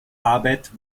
arbeit